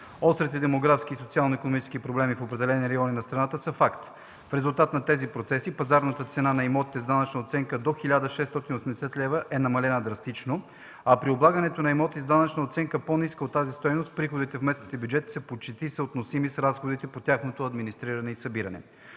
Острите демографски и социално-икономически проблеми в определени райони на страната са факт. В резултат на тези процеси пазарната цена на имотите с данъчна оценка до 1680 лв. е намалена драстично, а при облагането на имотите с данъчна оценка по-ниска от тази стойност, приходите в местните бюджети са почти съотносими с разходите по тяхното администриране и събиране.